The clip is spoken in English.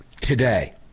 today